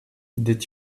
did